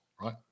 right